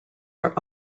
are